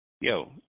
yo